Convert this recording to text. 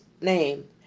name